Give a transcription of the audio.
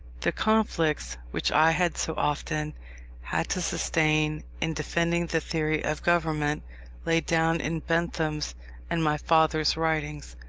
the conflicts which i had so often had to sustain in defending the theory of government laid down in bentham's and my father's writings,